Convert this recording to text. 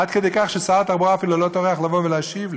עד כדי כך ששר התחבורה אפילו לא טורח לבוא ולהשיב לי.